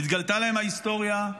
נתגלתה להם ההיסטוריה,